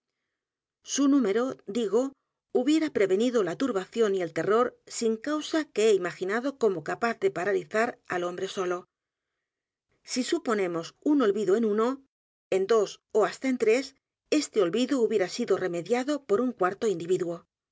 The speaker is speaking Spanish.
r o digo hubiera prevenido la turbación y el t e r r o r sin causa que h e imaginado como capaz de paralizar al hombre solo si suponemos un olvido en uno en dos ó hasta en t r e s este olvido hubiera sido remediado por un cuarto individuo